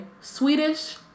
swedish